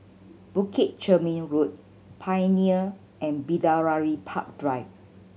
Bukit Chermin Road Pioneer and Bidadari Park Drive